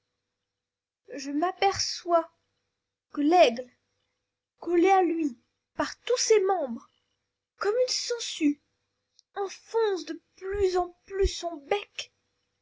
je m'aperçois que l'aigle collé à lui par tous ses membres comme une sangsue enfonce de plus en plus son bec